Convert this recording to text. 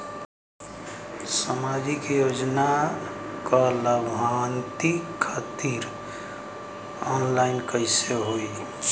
सामाजिक योजना क लाभान्वित खातिर ऑनलाइन कईसे होई?